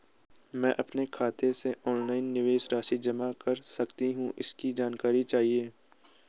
मैं अपने खाते से ऑनलाइन निवेश राशि जमा कर सकती हूँ इसकी जानकारी चाहिए?